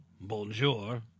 Bonjour